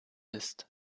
ist